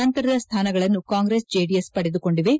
ನಂತರದ ಸ್ಟಾನಗಳನ್ನು ಕಾಂಗ್ರೆಸ್ ಜೆಡಿಎಸ್ ಪಡೆದುಕೊಂಡಿವೆ